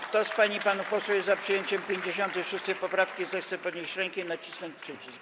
Kto z pań i panów posłów jest za przyjęciem 56. poprawki, zechce podnieść rękę i nacisnąć przycisk.